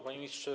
Panie Ministrze!